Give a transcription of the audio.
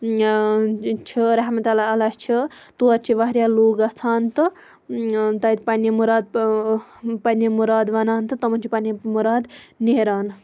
چھِ رحمتُلہ اللہ چھِ تور چھِ واریاہ لُکھ گَژھان تہٕ تَتہِ پَننہِ مُراد پَننہِ مُراد وَنان تہٕ تِمَن چھِ پَننہِ مُراد نیران